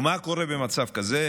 מה קורה במצב כזה?